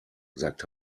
sagt